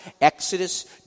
Exodus